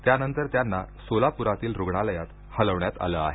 त्यानंतर त्यांना सोलाप्रातील रूग्णालयात हलविण्यात आलं आहे